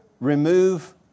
remove